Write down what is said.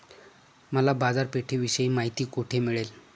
मला बाजारपेठेविषयी माहिती कोठे मिळेल?